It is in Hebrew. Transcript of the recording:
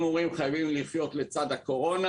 אם אומרים שחייבים לחיות לצד הקורונה